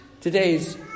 Today's